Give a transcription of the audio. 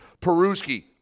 Peruski